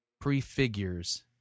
prefigures